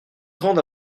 grande